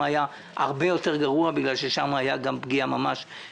המצב היה גרוע הרבה יותר מכיוון שהייתה פגיעה בנפש.